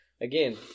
Again